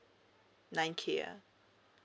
nine k ah